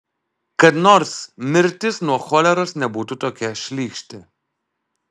kad nors mirtis nuo choleros nebūtų tokia šlykšti